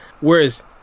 Whereas